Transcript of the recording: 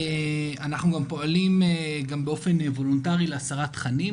אנחנו גם פועלים גם באופן וולונטרי להסרת תכנים,